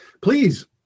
Please